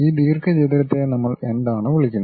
ഈ ദീർഘചതുരത്തെ നമ്മൾ എന്താണു വിളിക്കുന്നത്